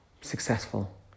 successful